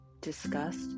disgust